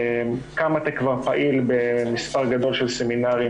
קמאטק כבר פעיל במספר גדול של סמינרים